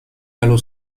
allo